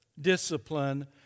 discipline